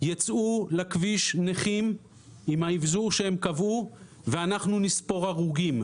ייצאו לכביש נכים עם האבזור שהוועדה קבעה ואנחנו נספור הרוגים,